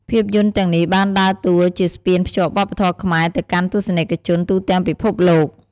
ភាពយន្តទាំងនេះបានដើរតួជាស្ពានភ្ជាប់វប្បធម៌ខ្មែរ ទៅកាន់ទស្សនិកជនទូទាំងពិភពលោក។